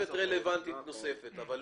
כתוספת רלוונטית נוספת, לא